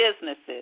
businesses